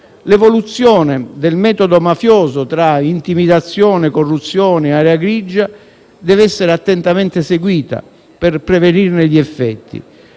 l'evoluzione del metodo mafioso tra intimidazione, corruzione ed area grigia deve essere attentamente seguita, per prevenirne gli effetti.